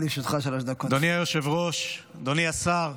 אדוני היושב-ראש, אדוני השר,